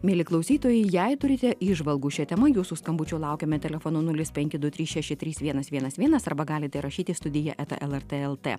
mieli klausytojai jei turite įžvalgų šia tema jūsų skambučių laukiame telefonu nulis penki du trys šeši trys vienas vienas vienas arba galite rašyti į studija eta lrt lt